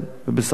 בסך הכול,